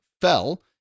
fell